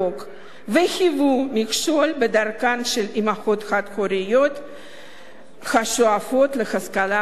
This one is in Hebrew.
והיוו מכשול בדרכן של אמהות חד-הוריות השואפות להשכלה גבוהה.